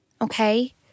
Okay